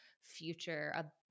future